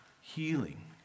healing